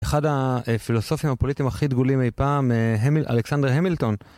שלום, אני שאול אמסטרדמסקי ואתם לא שומעים כלום